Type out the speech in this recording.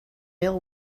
ill